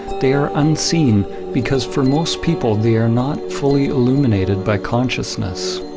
they are unseen because for most people they are not fully illuminated by consciousness.